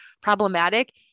problematic